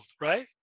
right